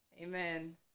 Amen